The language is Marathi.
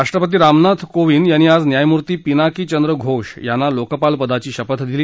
राष्ट्रपती रामनाथ कोविंद यांनी आज न्यायमूर्ती पिनाकी चंद्र घोष यांना लोकपाल पदाची शपथ दिली